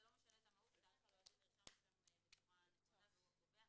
זה לא משנה את המהות כי התאריך הלועזי נרשם שם בצורה נכונה והוא הקובע.